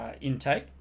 intake